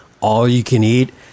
all-you-can-eat